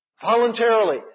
voluntarily